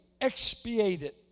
expiated